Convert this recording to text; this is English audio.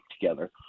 together